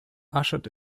ushered